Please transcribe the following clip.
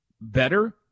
better